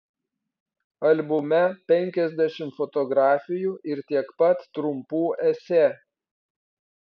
albume penkiasdešimt fotografijų ir tiek pat trumpų esė